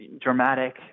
dramatic